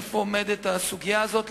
איפה עומדת הסוגיה הזאת?